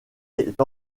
est